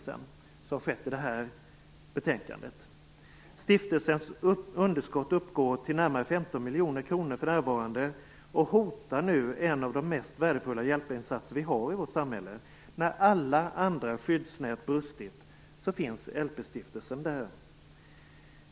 Det har också skett i detta betänkande. Stiftelsens underskott uppgår för närvarande till närmare 15 miljoner kronor och hotar nu en av de mest värdefulla hjälpinsatser vi har i vårt samhälle. När alla andra skyddsnät brustit finns LP stiftelsen där.